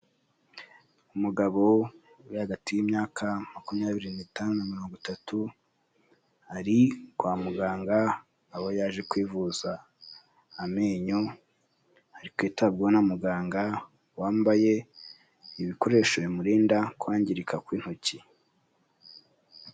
Umugabo uri hagati y'imyaka makumyabiri n'itanu na mirongo itatu, ari kwa muganga aho yaje kwivuza amenyo, ari kwitabwaho na muganga wambaye ibikoresho bimurinda kwangirika kw'intoki.